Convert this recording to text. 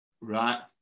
Right